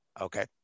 Okay